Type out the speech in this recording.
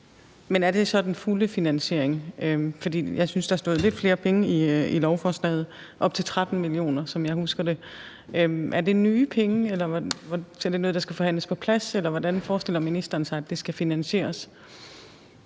men er det så den fulde finansiering? For jeg synes, at der stod nævnt lidt flere penge i lovforslaget, nemlig op til 13 mio. kr., som jeg husker det. Er det nye penge? Er det noget, der skal forhandles på plads, eller hvordan forestiller ministeren sig at det skal finansieres?